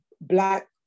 black